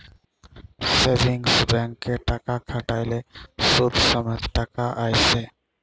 savings ব্যাংকে টাকা খ্যাট্যাইলে সুদ সমেত টাকা আইসে